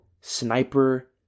sniper